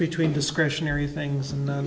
between discretionary things and